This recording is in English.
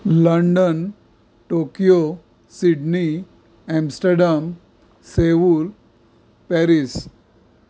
London Tokyo Sydney Amsterdam Seoul Paris